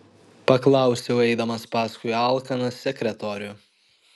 paklausiau eidamas paskui alkaną sekretorių